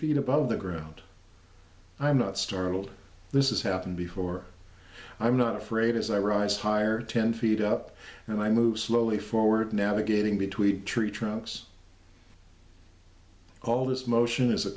feet above the ground i'm not startled this is happened before i'm not afraid as i rise higher ten feet up and i move slowly forward navigating between tree trunks all this motion is a